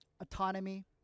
autonomy